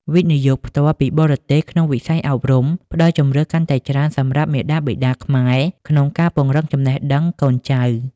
វិនិយោគផ្ទាល់ពីបរទេស ក្នុងវិស័យអប់រំ ផ្ដល់ជម្រើសកាន់តែច្រើនសម្រាប់មាតាបិតាខ្មែរក្នុងការពង្រឹងចំណេះដឹងកូនចៅ។